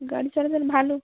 গাড়ি চলাচল ভালো